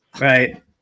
Right